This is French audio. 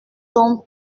donc